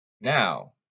Now